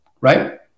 right